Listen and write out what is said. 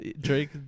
Drake